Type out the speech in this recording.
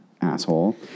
Asshole